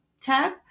tab